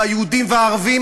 והיהודים והערבים,